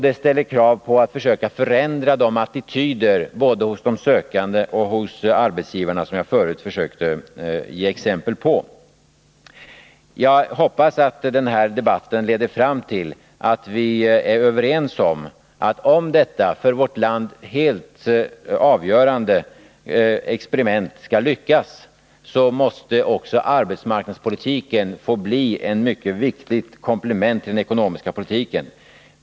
Det ställer krav på förändrade attityder både hos de arbetssökande och hos arbetsgivarna, vilket jag förut försökte ge exempel på. Jag hoppas att denna debatt leder fram till att vi blir överens om att om detta för vårt land helt avgörande experiment skall lyckas, så måste också arbetsmarknadspolitiken få bli ett mycket viktigt komplement till den ekonomiska politiken.